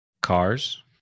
cars